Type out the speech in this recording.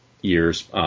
years